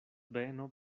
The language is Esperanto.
beno